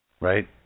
right